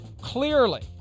Clearly